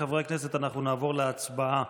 חברי הכנסת, אנחנו נעבור להצבעה.